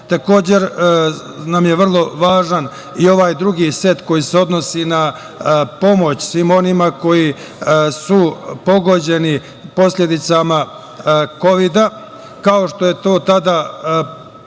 nam je vrlo važan i ovaj drugi set koji se odnosi na pomoć svim onima koji su pogođeni posledicama kovida, kao što je to tada bilo